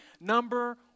number